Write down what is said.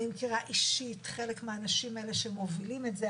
אני מכירה אישית חלק מהאנשים האלה שמובילים את זה,